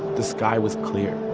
the sky was clear,